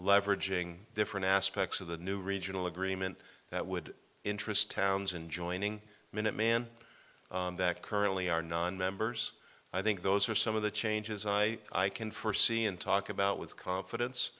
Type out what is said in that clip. leveraging different aspects of the new regional agreement that would interest towns and joining minuteman that currently are nonmembers i think those are some of the changes i i can foresee and talk about with confidence